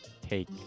take